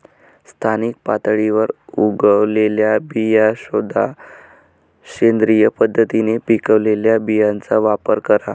स्थानिक पातळीवर उगवलेल्या बिया शोधा, सेंद्रिय पद्धतीने पिकवलेल्या बियांचा वापर करा